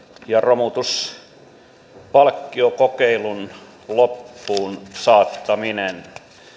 ja romutuspalkkiokokeilun loppuunsaattaminen